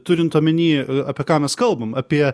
turint omeny apie ką mes kalbam apie